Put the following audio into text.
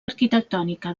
arquitectònica